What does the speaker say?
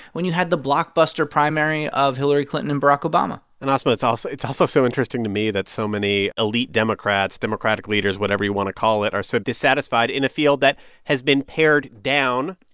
when you had the blockbuster primary of hillary clinton and barack obama and, asma, it's also it's also so interesting to me that so many elite democrats, democratic leaders, whatever you want to call it, are so dissatisfied in a field that has been pared down. oh, yeah.